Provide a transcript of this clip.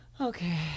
Okay